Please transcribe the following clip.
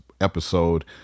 episode